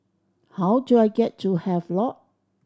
how do I get to Havelock